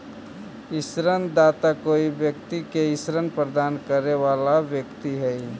ऋणदाता कोई व्यक्ति के ऋण प्रदान करे वाला व्यक्ति हइ